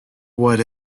what